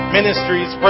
ministries